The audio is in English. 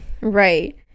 right